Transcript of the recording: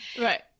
Right